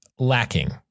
lacking